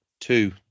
two